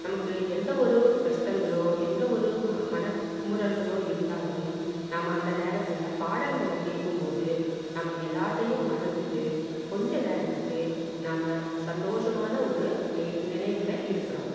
நமக்கு எந்த ஒரு கஷ்டங்களோ எந்த ஒரு ம மன குமுறல்களோ இருந்தாலும் நம்ம அந்த நேரத்தில் பாடல்களை கேட்கும் போது நம்ம எல்லாத்தையும் மறந்துட்டு கொஞ்ச நேரத்துக்கு நம்ம சந்தோஷமான ஒரு நி நினைவில் இருக்கிறோம்